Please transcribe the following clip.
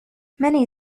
many